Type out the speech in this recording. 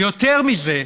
ויותר מזה: